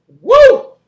Woo